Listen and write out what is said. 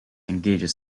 engages